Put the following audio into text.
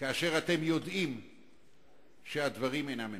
כאשר אתם יודעים שהדברים אינם אמת.